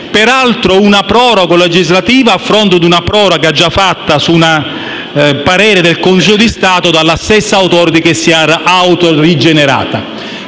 peraltro con una proroga legislativa a fronte di una proroga già fatta su un parere del Consiglio di Stato dalla stessa *Authority*, che si è autorigenerata.